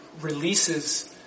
releases